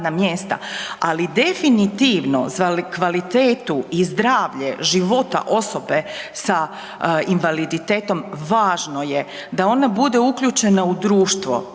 ali definitivno za kvalitetu i zdravlje života osobe sa invaliditetom važno je da ona bude uključena u društvo,